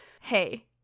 Hey